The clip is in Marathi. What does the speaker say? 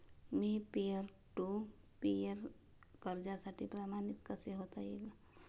मी पीअर टू पीअर कर्जासाठी प्रमाणित कसे होता येईल?